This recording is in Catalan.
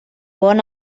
bon